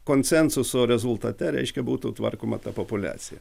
konsensuso rezultate reiškia būtų tvarkoma ta populiacija